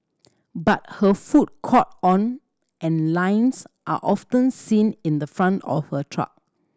but her food caught on and lines are often seen in the front of her truck